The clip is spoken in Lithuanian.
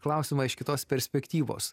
klausimą iš kitos perspektyvos